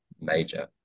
major